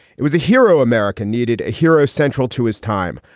it was a hero. america needed a hero central to his time,